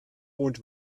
mond